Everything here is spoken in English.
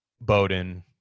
Bowden